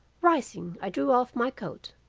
rising, i drew off my coat,